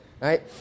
right